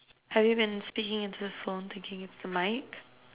have you been speaking into the phone thinking it's the mic